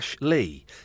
Lee